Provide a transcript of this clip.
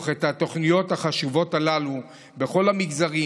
את התוכניות החשובות הללו בכל המגזרים,